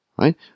Right